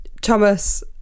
thomas